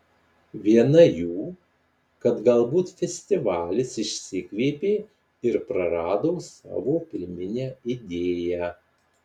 viena jų kad galbūt festivalis išsikvėpė ir prarado savo pirminę idėją